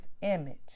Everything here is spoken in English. image